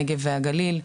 הנגב והגליל.